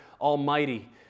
Almighty